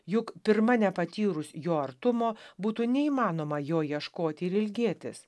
juk pirma nepatyrus jo artumo būtų neįmanoma jo ieškoti ir ilgėtis